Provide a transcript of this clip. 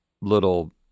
little